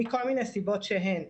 מכל מיני סיבות שהן.